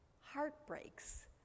heartbreaks